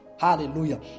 hallelujah